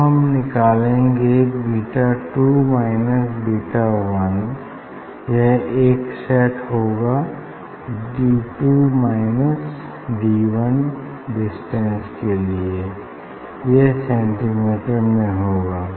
अब हम निकालेंगे beta two minus beta one यह एक सेट होगा D two minus D one distance के लिए यह सेंटीमीटर में होगा